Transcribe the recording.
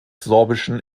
sorbischen